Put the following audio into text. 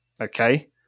Okay